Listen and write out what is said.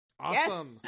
awesome